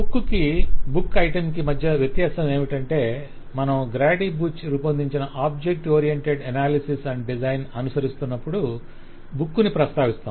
book కి book item కి మధ్య వ్యత్యాసం ఏమిటంటే మనం గ్రాడి బూచ్ రూపొందించిన object oriented analysis and design అనుసరిస్తున్నప్పుడు బుక్ ను ప్రస్తావిస్తాం